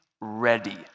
ready